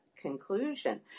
Conclusion